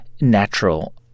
natural